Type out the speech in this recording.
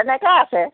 তেনেকৈ আছে